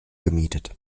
gemietet